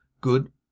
good